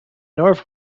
north